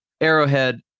Arrowhead